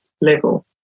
level